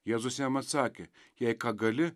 jėzus jam atsakė jai ką gali